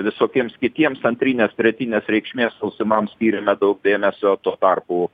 visokiems kitiems antrinės tretinės reikšmės klausimams skyrėme daug dėmesio tuo tarpu